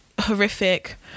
horrific